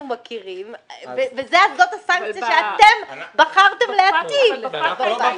מכירים וזאת הסנקציה שאתם בחרתם להטיל -- בפטקא היתה